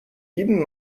jeden